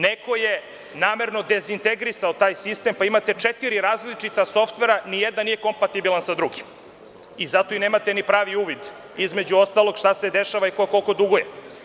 Neko je namerno dezintegrisao taj sistem pa imate četiri različita softvera, a nijedan nije kompatibilan sa drugim i zato i nemate pravi uvid između ostalog šta se dešava i koliko ko duguje.